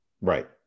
Right